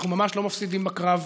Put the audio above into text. אנחנו ממש לא מפסידים בקרב.